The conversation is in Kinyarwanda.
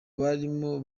barimo